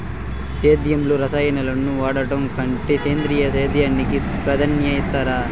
సేద్యంలో రసాయనాలను వాడడం కంటే సేంద్రియ సేద్యానికి ప్రాధాన్యత ఇస్తారు